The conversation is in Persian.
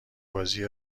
بازی